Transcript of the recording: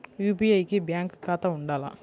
UPI కి bank ఖాతా ఉండాల?